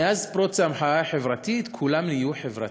מאז פרוץ המחאה החברתית כולם נהיו חברתיים,